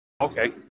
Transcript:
Okay